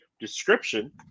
description